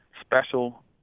special